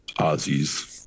Ozzy's